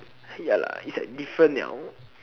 ya lah it's like different liao